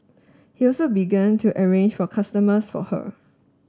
he also began to arrange for customers for her